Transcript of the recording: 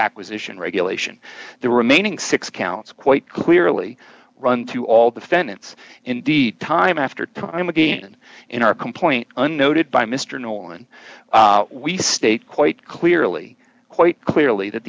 acquisition regulation the remaining six counts quite clearly run to all defendants indeed time after time again in our complaint and noted by mr nolan we state quite clearly quite clearly that